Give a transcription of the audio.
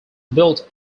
built